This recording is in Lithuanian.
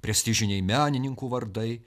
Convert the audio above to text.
prestižiniai menininkų vardai